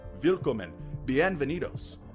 bienvenidos